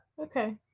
Okay